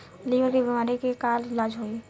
Liver के बीमारी के का इलाज होई?